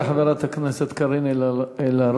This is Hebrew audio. תודה לחברת הכנסת קארין אלהרר.